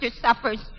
suffers